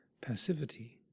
passivity